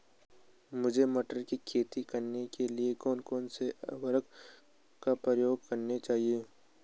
मुझे मटर की खेती करने के लिए कौन कौन से उर्वरक का प्रयोग करने चाहिए?